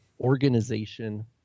Organization